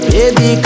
Baby